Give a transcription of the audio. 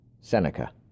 Seneca